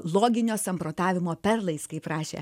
loginio samprotavimo perlais kaip rašė